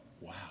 wow